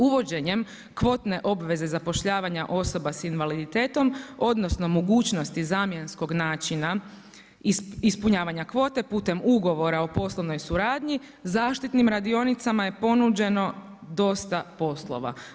Uvođenjem kvotne obveze zapošljavanja osoba s invaliditetom odnosno mogućnost zamjenskog načina ispunjavanja kvote putem ugovora o poslovnoj suradnji, zaštitnim radionicama je ponuđeno dosta poslova.